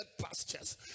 pastures